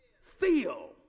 feel